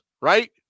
right